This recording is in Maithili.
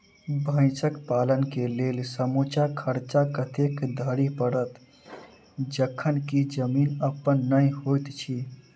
भैंसक पालन केँ लेल समूचा खर्चा कतेक धरि पड़त? जखन की जमीन अप्पन नै होइत छी